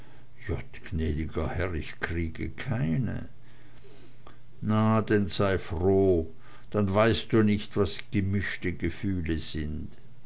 ich kriege keine na denn sei froh dann weißt du nicht was gemischte gefühle sind